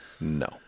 no